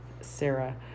Sarah